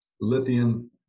lithium